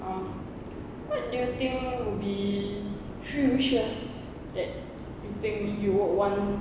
um what do you think would be three wishes that you think you would want